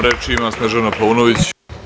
Reč ima Snežana Paunović.